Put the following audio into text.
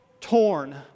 torn